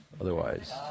otherwise